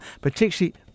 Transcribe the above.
particularly